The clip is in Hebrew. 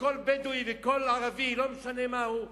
וכל בדואי וכל ערבי, לא משנה מה הוא,